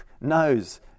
knows